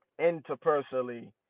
interpersonally